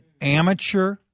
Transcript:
amateur